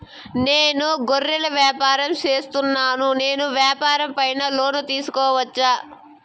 నేను గొర్రెలు వ్యాపారం సేస్తున్నాను, నేను వ్యాపారం పైన లోను తీసుకోవచ్చా?